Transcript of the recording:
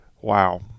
Wow